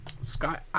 sky